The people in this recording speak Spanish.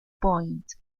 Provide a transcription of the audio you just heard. point